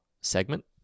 segment